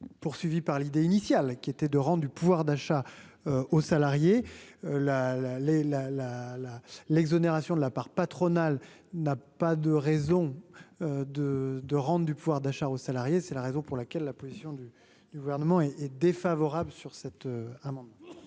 poursuivi par l'idée initiale qui était de rang du pouvoir d'achat aux salariés. La la la la la la. L'exonération de la part patronale n'a pas de raison de de rende du pouvoir d'achat aux salariés, c'est la raison pour laquelle la position du du gouvernement et est défavorable sur cet amendement.